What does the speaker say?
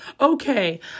Okay